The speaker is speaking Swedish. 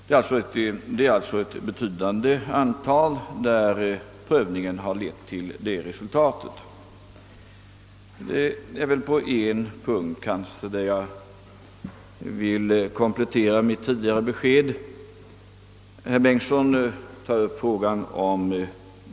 Prövningen har alltså lett till avslag i ett betydande antal fall. Jag vill komplettera mitt svar även på en annan punkt.